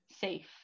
safe